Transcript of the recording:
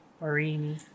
Marini